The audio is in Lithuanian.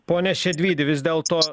pone šedvydi vis dėlto